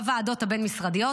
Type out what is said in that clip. בוועדות הבין-משרדיות,